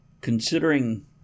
considering